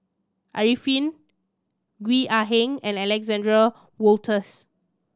Arifin Gwee Ah Leng and Alexander Wolters